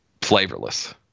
flavorless